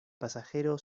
pasajero